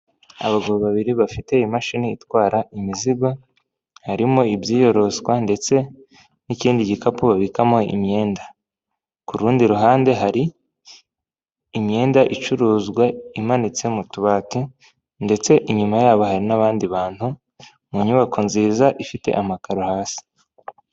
Abagabo babiri bafite imashini itwara imizigo, harimo ibyiyoroswa ndetse n'ikindi gikapukamo imyenda, ku rundi ruhande hari imyenda icuruzwa imanitse mu tubati ndetse inyuma yabo hari n'abandi bantu mu nyubako nziza ifite amakaro hasi.